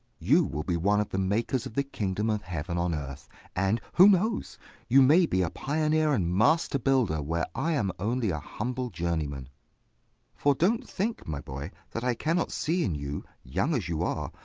you will be one of the makers of the kingdom of heaven on earth and who knows you may be a pioneer and master builder where i am only a humble journeyman for don't think, my boy, that i cannot see in you, young as you are,